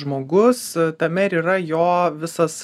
žmogus tame ir yra jo visas